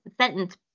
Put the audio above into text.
sentence